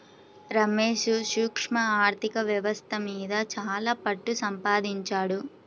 రమేష్ సూక్ష్మ ఆర్ధిక వ్యవస్థ మీద చాలా పట్టుసంపాదించాడు